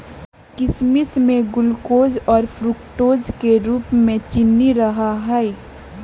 किशमिश में ग्लूकोज और फ्रुक्टोज के रूप में चीनी रहा हई